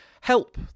help